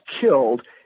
killed